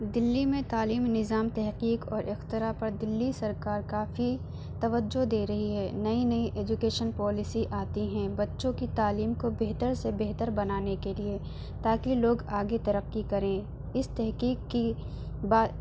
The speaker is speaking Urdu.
دلی میں تعلیمی نظام تحقیق اور اختراع پر دلی سرکار کافی توجہ دے رہی ہے نئی نئی ایجوکیشن پالیسی آتی ہیں بچوں کی تعلیم کو بہتر سے بہتر بنانے کے لیے تاکہ لوگ آگے ترقی کریں اس تحقیق کی بات